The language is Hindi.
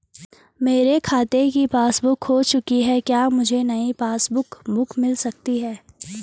मेरे खाते की पासबुक बुक खो चुकी है क्या मुझे नयी पासबुक बुक मिल सकती है?